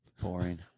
Boring